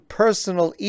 personal